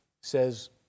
says